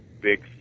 big